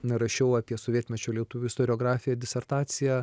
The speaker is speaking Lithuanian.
na rašiau apie sovietmečio lietuvių istoriografiją disertaciją